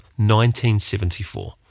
1974